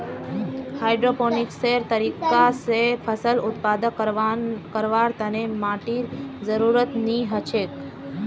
हाइड्रोपोनिक्सेर तरीका स फसल उत्पादन करवार तने माटीर जरुरत नी हछेक